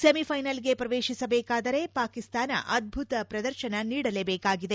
ಸೆಮಿಫೈನಲ್ಗೆ ಪ್ರವೇಶಿಸಬೇಕಾದರೆ ಪಾಕಿಸ್ತಾನ ಅದ್ಲುತ ಪ್ರದರ್ಶನ ನೀಡಲೇಬೇಕಾಗಿದೆ